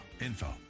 info